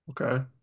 Okay